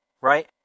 right